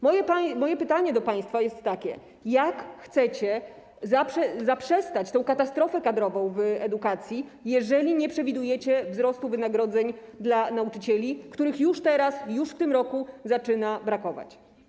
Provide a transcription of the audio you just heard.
Moje pytanie do państwa jest takie: Jak chcecie zatrzymać tę katastrofę kadrową w edukacji, jeżeli nie przewidujecie wzrostu wynagrodzeń dla nauczycieli, których już teraz, już w tym roku zaczyna brakować?